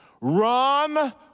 Run